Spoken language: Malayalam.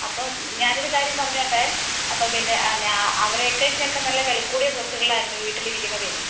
അപ്പം ഞാനൊരു കാര്യം പറഞ്ഞോട്ടെ അപ്പം പിന്നെ ആ അവരേക്കാൾ കഴിഞ്ഞൊക്കെ നല്ല വില കൂടിയ ഡ്രസ്സുകൾ ആയിരുന്നു വീട്ടിലിരിക്കുന്നത്